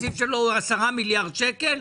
התקציב שלו הוא עשרה מיליארד שקל,